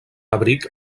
abric